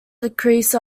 decrease